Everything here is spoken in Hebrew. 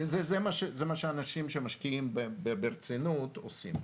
זה מה שאנשים שמשקיעים ברצינות עושים.